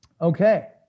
Okay